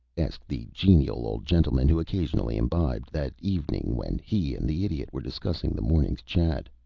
asked the genial old gentleman who occasionally imbibed, that evening, when he and the idiot were discussing the morning's chat.